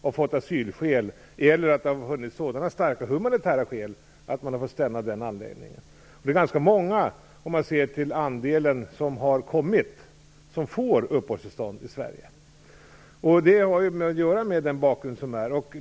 De har asylskäl eller har befunnits ha så starka humanitära skäl att de har fått stanna av den anledningen. Det är ganska många som får uppehållstillstånd i Sverige om man ser till andelen som har kommit. Det är mot den bakgrunden.